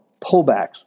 pullbacks